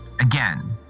again